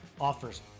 offers